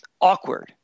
awkward